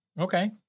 Okay